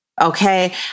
Okay